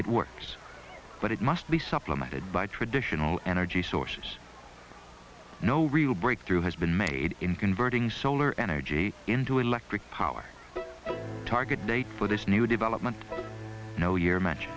it works but it must be supplemented by traditional energy sources no real breakthrough has been made in converting solar energy into electric power target date for this new development no year match